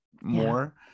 more